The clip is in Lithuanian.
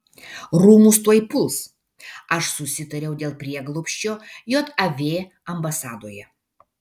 rūmus tuoj puls aš susitariau dėl prieglobsčio jav ambasadoje